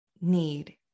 need